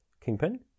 Kingpin